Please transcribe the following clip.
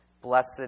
Blessed